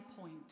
point